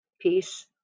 peace